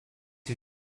due